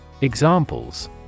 Examples